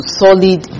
solid